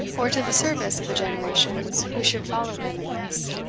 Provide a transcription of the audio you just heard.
or to the service of the generations who should follow them in this.